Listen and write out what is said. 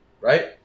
right